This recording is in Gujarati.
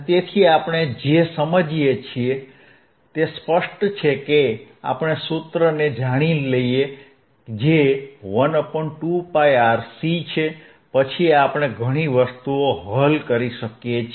તેથી આપણે જે સમજીએ છીએ તે સ્પષ્ટ છે કે આપણે સૂત્રને જાણી લઈએ જે 12πRC છે પછી આપણે ઘણી વસ્તુઓ હલ કરી શકીએ છીએ